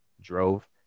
drove